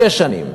שש שנים,